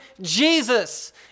Jesus